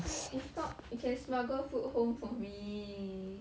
ai~ if not you can smuggle food home for me